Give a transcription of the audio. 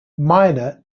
miner